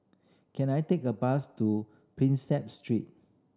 can I take a bus to Prinsep Street